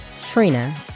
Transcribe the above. Trina